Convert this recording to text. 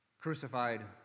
crucified